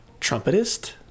trumpetist